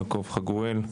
יעקב חגואל,